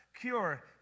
cure